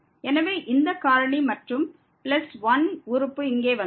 எனவே இந்த காரணி மற்றும் பிளஸ் 1 உறுப்பு இங்கே வந்தது